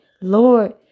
Lord